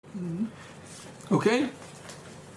אוקיי